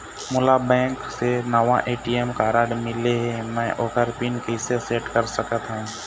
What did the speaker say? मोला बैंक से नावा ए.टी.एम कारड मिले हे, म ओकर पिन कैसे सेट कर सकत हव?